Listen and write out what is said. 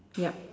yup